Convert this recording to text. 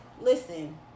Listen